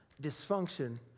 dysfunction